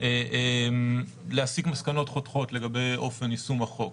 בדיוק אילו דיונים התקיימו מרחוק,